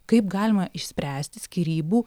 kaip galima išspręsti skyrybų